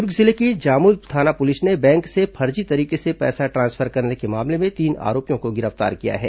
दुर्ग जिले की जामुल थाना पुलिस ने बैंक से फर्जी तरीके से पैसा ट्रांसफर करने के मामले में तीन आरोपियों को गिरफ्तार किया है